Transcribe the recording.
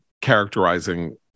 characterizing